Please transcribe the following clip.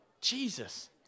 Jesus